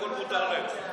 הכול מותר להם.